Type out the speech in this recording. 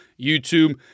YouTube